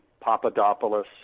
Papadopoulos